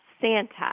Santa